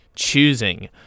choosing